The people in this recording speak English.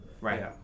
Right